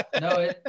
no